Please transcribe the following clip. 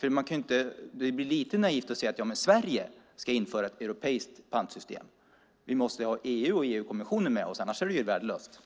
Det blir lite naivt att säga att Sverige ska införa ett europeiskt pantsystem. Vi måste ha EU och EU-kommissionen med oss, annars är det värdelöst.